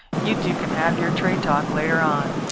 you two can have your trade talk later on.